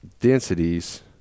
densities